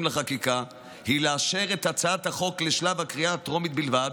לחקיקה היא לאשר את הצעת החוק לשלב הקריאה הטרומית בלבד,